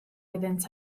iddynt